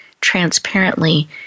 transparently